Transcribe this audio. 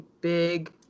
Big